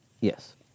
Yes